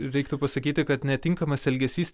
reiktų pasakyti kad netinkamas elgesys